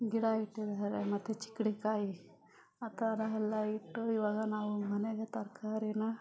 ಗಿಡ ಇಟ್ಟಿದಾರೆ ಮತ್ತು ಚಿಕ್ಡಿಕಾಯಿ ಆ ಥರಯೆಲ್ಲ ಇಟ್ಟು ಇವಾಗ ನಾವು ಮನೆಗೆ ತರಕಾರಿನ